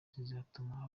zizatuma